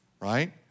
right